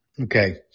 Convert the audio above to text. okay